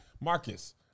Marcus